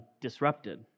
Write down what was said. disrupted